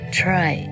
try